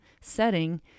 setting